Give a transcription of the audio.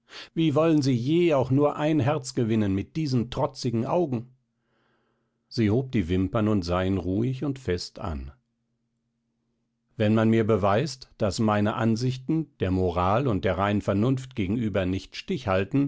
wie wollen sie je auch nur ein herz gewinnen mit diesen trotzigen augen sie hob die wimpern und sah ihn ruhig und fest an wenn man mir beweist daß meine ansichten der moral und der reinen vernunft gegenüber nicht stich halten